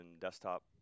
desktop